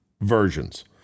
versions